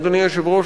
אדוני היושב-ראש,